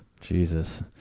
Jesus